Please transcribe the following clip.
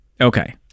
Okay